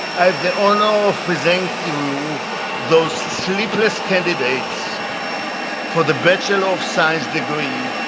i have the honor of presenting to you those sleepless candidates for the bachelor of science degree